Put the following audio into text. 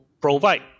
provide